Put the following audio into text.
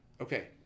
Okay